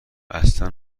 اصلا